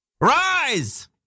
Rise